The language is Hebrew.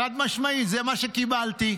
חד-משמעית, זה מה שקיבלתי.